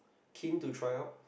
keen to try up